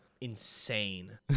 insane